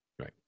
Right